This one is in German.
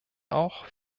auch